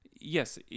Yes